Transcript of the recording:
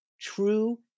true